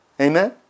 Amen